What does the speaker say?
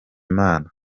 imana